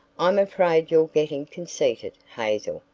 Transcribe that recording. i'm afraid you're getting conceited, hazel,